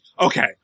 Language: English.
Okay